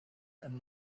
and